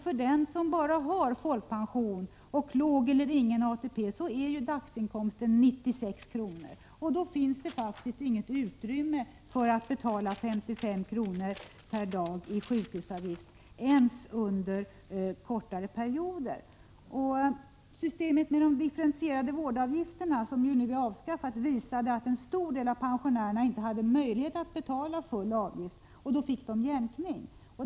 För den som bara har folkpension och låg eller ingen ATP är dagsinkomsten 96 kr. Då finns det faktiskt inget utrymme för att betala 55 kr. per dag i sjukhusavgift ens under kortare perioder. Systemet med de differentierade vårdavgifterna, som nu är avskaffat, visade att en stor del av pensionärerna inte hade möjlighet att betala full avgift. Då fick de jämkning.